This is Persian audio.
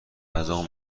غذامو